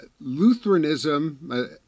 lutheranism